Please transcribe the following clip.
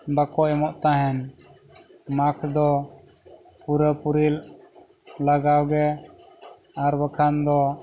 ᱵᱟᱠᱚ ᱮᱢᱚᱜ ᱛᱟᱦᱮᱸᱫ ᱢᱟᱠᱥ ᱫᱚ ᱯᱩᱨᱟᱹ ᱯᱩᱨᱤᱞ ᱞᱟᱜᱟᱣ ᱜᱮ ᱟᱨ ᱵᱟᱠᱷᱟᱱ ᱫᱚ